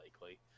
likely